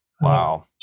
Wow